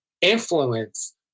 influence